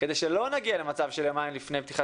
כדי שלא נגיע למצב שיומיים לפני פתיחת